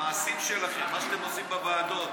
המעשים שלכם, מה שאתם עושים בוועדות,